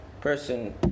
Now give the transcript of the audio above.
person